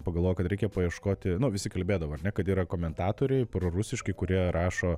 pagalvojau kad reikia paieškoti nu visi kalbėdavo ar ne kad yra komentatoriai prorusiški kurie rašo